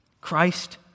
Christ